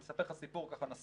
אני אספר לך סיפור על נסראללה.